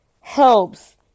helps